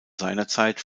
seinerzeit